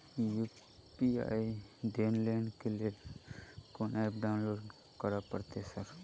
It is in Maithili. यु.पी.आई आई.डी लेनदेन केँ लेल कोनो ऐप डाउनलोड करऽ पड़तय की सर?